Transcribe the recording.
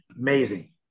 Amazing